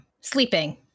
sleeping